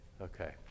okay